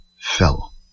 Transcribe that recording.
fell